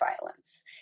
violence